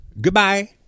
goodbye